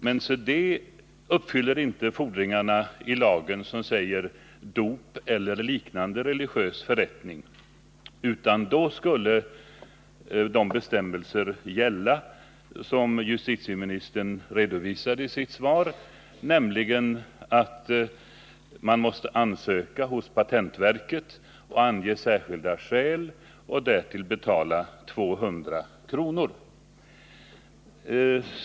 Men se det uppfyller inte fordringarna i lagen på ”dop eller liknande religiös förrättning”, utan då skulle de bestämmelser gälla som justitieministern redovisat i sitt svar. Man måste ansöka hos patentverket och ange särskilda skäl och därtill betala 200 kr.